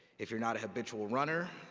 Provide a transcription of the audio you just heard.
if you're not a lab pitchual runner,